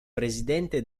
presidente